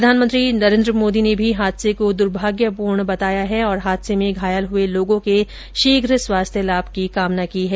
प्रधानमंत्री नरेन्द्र मोदी ने भी हादसे को दुर्भाग्यपूर्ण बताया है और हादसे में घायल हुए लोगों के शीघ स्वास्थ्य लाभ की कामना की है